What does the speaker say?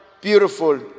beautiful